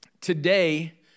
today